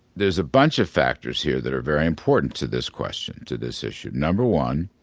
there's a bunch of factors here that are very important to this question, to this issue. number one